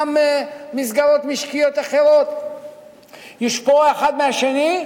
גם מסגרות משקיות אחרות יושפעו אחת מהשנייה,